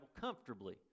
comfortably